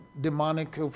demonic